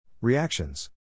Reactions